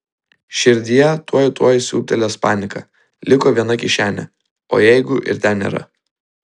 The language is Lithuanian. širdyje tuoj tuoj siūbtelės panika liko viena kišenė o jeigu ir ten nėra